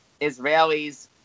Israelis